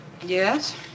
Yes